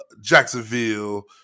Jacksonville